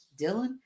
Dylan